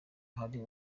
hari